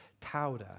Tauda